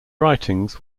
writings